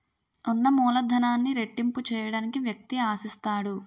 ఉన్న మూలధనాన్ని రెట్టింపు చేయడానికి వ్యక్తి ఆశిస్తాడు